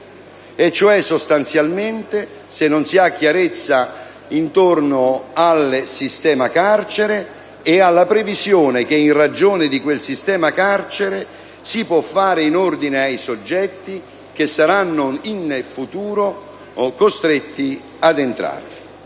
e, cioè, sostanzialmente se non si ha chiarezza intorno al sistema carcere e alla previsione che in ragione di quel sistema carcere si può fare relativamente ai soggetti che saranno in futuro costretti ad entrarvi.